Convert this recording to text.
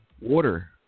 Water